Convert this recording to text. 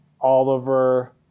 Oliver